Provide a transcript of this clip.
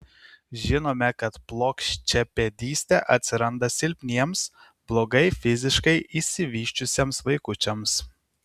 žinome kad plokščiapėdystė atsiranda silpniems blogai fiziškai išsivysčiusiems vaikučiams